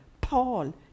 Paul